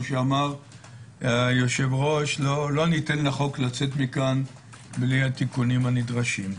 שאמר היושב-ראש לא ניתן לחוק לצאת מכאן בלי התיקונים הנדרשים.